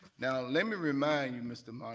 now let me remind you, mr.